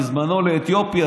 בזמנו לאתיופיה,